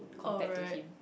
alright